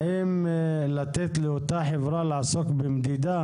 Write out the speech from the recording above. האם לתת לאותה חברה לעסוק במדידה